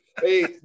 Hey